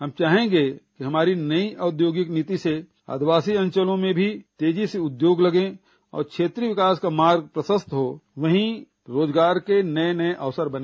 हम चाहेंगे कि हमारी नई औद्योगिक नीति से आदिवासी अंचलों में भी तेजी से उद्योग लगे और क्षेत्रीय विकास का मार्ग प्रशस्त हो वहीं रोजगार के नए नए अवसर बने